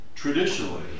Traditionally